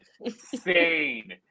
insane